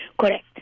Correct